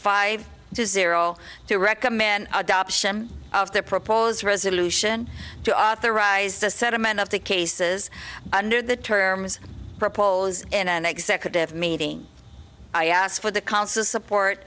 five zero to recommend adoption of their proposed resolution to authorize the settlement of the cases under the terms proposed in an executive meeting i asked for the council support